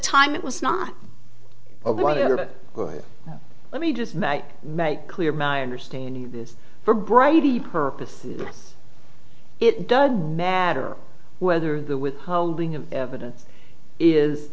time it was not or whatever but let me just make clear my understanding of this for brady purposes it doesn't matter whether the withholding of evidence is